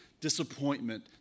disappointment